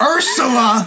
Ursula